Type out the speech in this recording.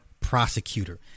prosecutor